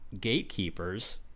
gatekeepers